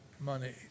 money